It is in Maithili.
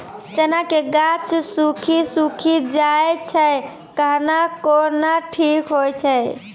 चना के गाछ सुखी सुखी जाए छै कहना को ना ठीक हो छै?